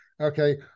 Okay